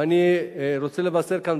ואני רוצה לבשר כאן,